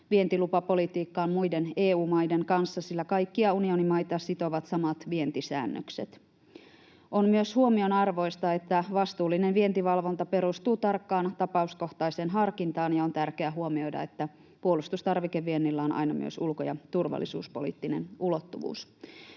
vientilupapolitiikkaan muiden EU-maiden kanssa, sillä kaikkia unionimaita sitovat samat vientisäännökset. On myös huomionarvoista, että vastuullinen vientivalvonta perustuu tarkkaan tapauskohtaiseen harkintaan, ja on tärkeää huomioida, että puolustustarvikeviennillä on aina myös ulko- ja turvallisuuspoliittinen ulottuvuus.